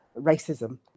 racism